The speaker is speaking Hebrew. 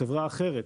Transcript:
חברה אחרת,